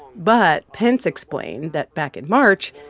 but pence explained that back in march,